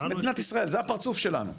מדינת ישראל, זה הפרצוף שלנו.